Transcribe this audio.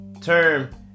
term